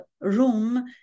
room